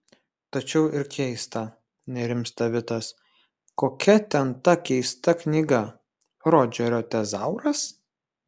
tačiau ir keista nerimsta vitas kokia ten ta keista knyga rodžerio tezauras